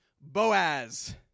Boaz